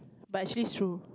but she's through